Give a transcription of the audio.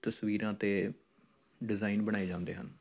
ਤਸਵੀਰਾਂ ਅਤੇ ਡਿਜ਼ਾਇਨ ਬਣਾਏ ਜਾਂਦੇ ਹਨ